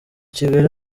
kigali